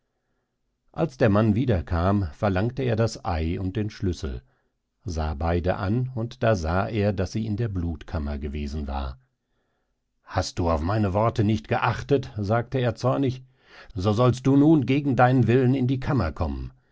als der mann wieder kam verlangte er das ei und den schlüssel sah beide an und da sah er daß sie in der blutkammer gewesen war hast du auf meine worte nicht geachtet sagte er zornig so sollst du nun gegen deinen willen in die kammer kommen